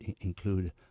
include